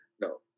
no